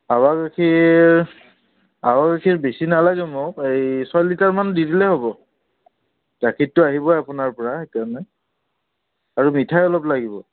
এৱা গাখীৰ এৱা গাখীৰ বেছি নালাগে মোক এই ছয় লিটাৰমান দি দিলে হ'ব গাখীৰটো আহিবই আপোনাৰ পৰা সেইকাৰণে আৰু মিঠাই অলপ লাগিব